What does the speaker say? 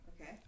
Okay